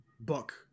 book